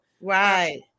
Right